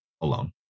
alone